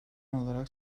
olarak